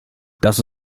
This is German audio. das